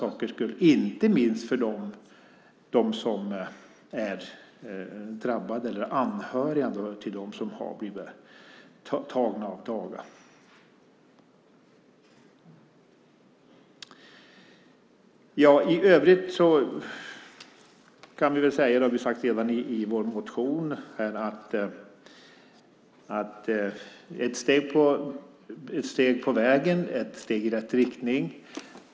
Det handlar inte minst om dem som är drabbade eller anhöriga till dem som har blivit tagna av daga. I övrigt kan vi väl säga - det har vi redan sagt i vår motion - att det är ett steg på vägen, ett steg i rätt riktning.